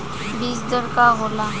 बीज दर का होला?